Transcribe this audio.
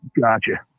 Gotcha